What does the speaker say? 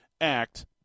act